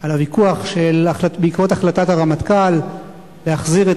על הוויכוח בעקבות החלטת הרמטכ"ל להחזיר את